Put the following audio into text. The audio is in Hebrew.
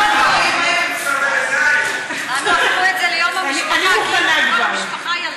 הפכו את זה ליום המשפחה, אני מוכנה כבר.